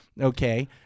Okay